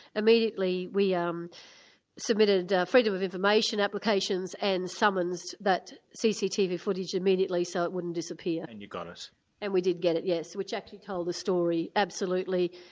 immediately we um submitted freedom of information applications and summonsed that cctv footage immediately so it wouldn't disappear. and you got and we did get it, yes, which actually told the story absolutely,